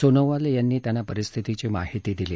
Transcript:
सोनोवाल यांनी त्यांना परिस्थितीची माहिती दिली